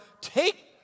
take